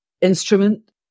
instrument